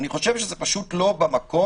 אני חושב שזה פשוט לא במקום,